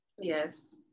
Yes